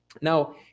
Now